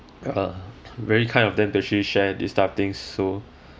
uh very kind of them to actually share this type of things so